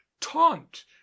taunt